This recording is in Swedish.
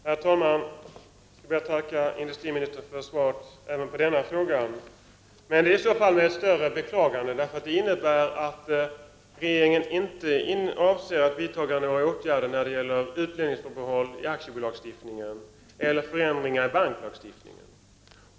Herr talman! Jag ber att få tacka industriministern för svaret även på denna fråga, men med ett större beklagande. eftersom detta svar innebär att regeringen inte avser att vidta några åtgärder när det gäller utlänningsförbehåll i aktiebolagslagstiftningen eller göra några förändringar i banklagstiftningen.